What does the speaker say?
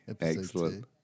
Excellent